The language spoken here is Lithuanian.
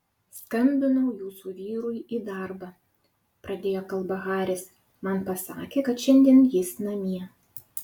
skambinau jūsų vyrui į darbą pradėjo kalbą haris man pasakė kad šiandien jis namie